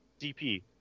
DP